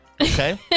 Okay